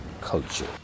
culture